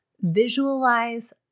Visualize